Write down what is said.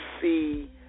see